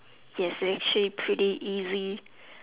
yes it's actually pretty easy